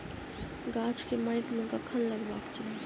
गाछ केँ माइट मे कखन लगबाक चाहि?